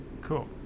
Cool